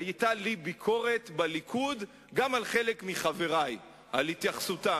היתה לי ביקורת גם על חלק מחברי בליכוד על התייחסותם.